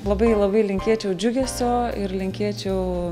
labai labai linkėčiau džiugesio ir linkėčiau